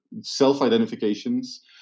self-identifications